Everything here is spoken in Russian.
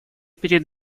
перед